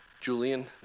Julian